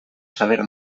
saber